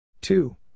two